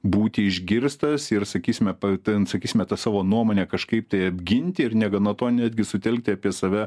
būti išgirstas ir sakysime pa ten sakysime tą savo nuomonę kažkaip tai apginti ir negana to netgi sutelkti apie save